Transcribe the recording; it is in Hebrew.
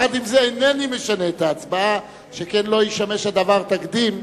ועם זאת אינני משנה את ההצבעה כדי שלא ישמש הדבר תקדים,